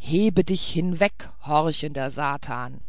hebe dich hinweg horchender satan